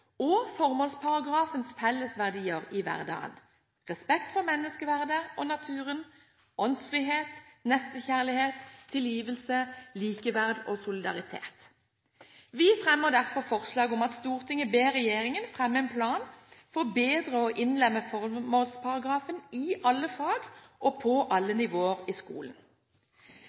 og formålsparagrafens fellesverdier i hverdagen – respekt for menneskeverdet og naturen, åndsfrihet, nestekjærlighet, tilgivelse, likeverd og solidaritet. Vi fremmer derfor forslag om at Stortinget ber regjeringen fremme en plan for bedre å innlemme formålsparagrafen i alle fag og på alle nivåer i skolen.